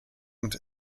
und